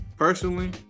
Personally